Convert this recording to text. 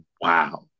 wow